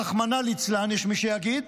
רחמנא ליצלן, יש מי שיגיד,